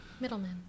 Middleman